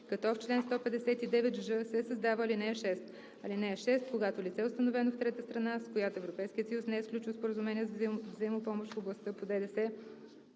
като в чл. 159ж се създава ал. 6: „(6) Когато лице, установено в трета страна, с която Европейският съюз не е сключил споразумение за взаимопомощ в областта по ДДС,